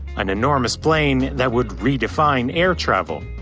an enormous plane that would redefine air travel.